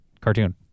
cartoon